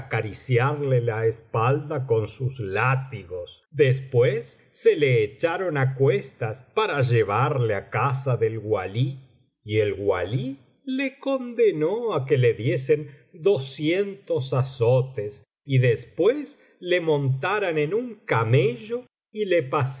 acariciarle la espalda con sus látigos después se le echaron á cuestas para llevarle á casa del walí y el walí le condenó á que le diesen doscientos azotes y después le montaran en un camello y le